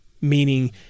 meaning